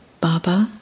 Baba